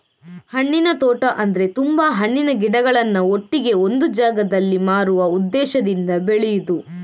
ಹಣ್ಣಿನ ತೋಟ ಅಂದ್ರೆ ತುಂಬಾ ಹಣ್ಣಿನ ಗಿಡಗಳನ್ನ ಒಟ್ಟಿಗೆ ಒಂದು ಜಾಗದಲ್ಲಿ ಮಾರುವ ಉದ್ದೇಶದಿಂದ ಬೆಳೆಯುದು